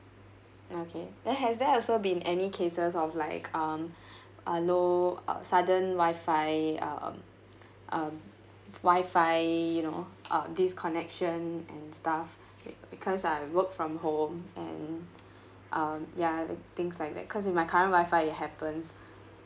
okay then has there also been any cases of like um a low uh sudden wifi um um wifi you know uh disconnection and stuff because I work from home and um ya things like that cause with my current wifi it happens